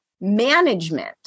management